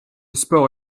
sport